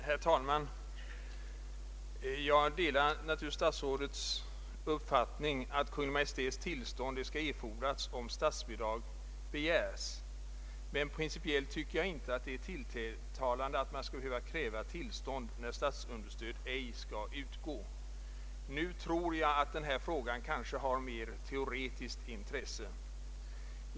Herr talman! Jag delar naturligtvis statsrådets uppfattning att Kungl. Maj:ts tillstånd alltid skall erfordras då statsbidrag begäres. Principiellt anser jag emellertid att det inte är tilltalande att kräva tillstånd, när statsunderstöd ej skall utgå. Jag tror dock att denna fråga knappast har mer än teoretiskt intresse.